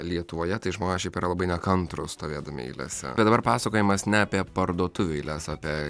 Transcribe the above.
lietuvoje tai žmonės šiaip yra labai nekantrūs stovėdami eilėse bet dabar pasakojimas ne apie parduotuvių eiles apie